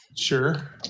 Sure